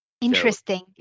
Interesting